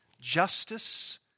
justice